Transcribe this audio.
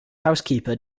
housekeeper